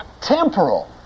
temporal